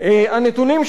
הנתונים שבפני,